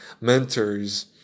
mentors